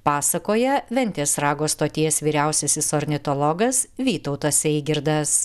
pasakoja ventės rago stoties vyriausiasis ornitologas vytautas eigirdas